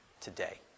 today